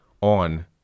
on